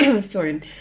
Sorry